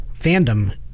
fandom